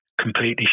completely